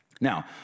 Now